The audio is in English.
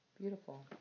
Beautiful